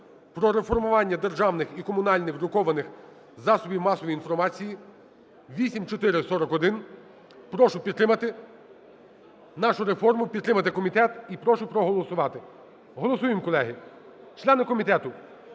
"Про реформування державних, комунальних друкованих засобів масової інформації" (8441). Прошу підтримати нашу реформу, підтримати комітет і прошу проголосувати. Голосуємо, колеги. Члени комітету,